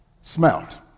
Smelled